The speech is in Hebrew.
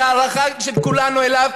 וההערכה של כולנו אליו,